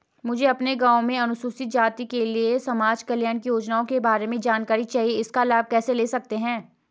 मुझे अपने गाँव में अनुसूचित जाति के लिए समाज कल्याण की योजनाओं के बारे में जानकारी चाहिए इसका लाभ कैसे ले सकते हैं?